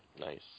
Nice